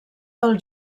del